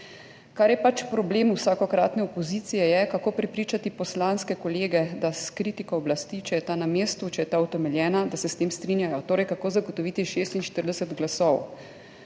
Kar je pač problem vsakokratne opozicije je, kako prepričati poslanske kolege, da s kritiko oblasti, če je ta na mestu, če je ta utemeljena, da se s tem strinjajo. Torej, kako zagotoviti 46 glasov.